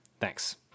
Thanks